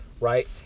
right